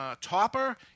Topper